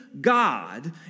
God